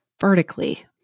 vertically